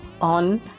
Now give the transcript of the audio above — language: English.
on